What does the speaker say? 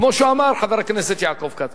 כמו שאמר חבר הכנסת יעקב כץ.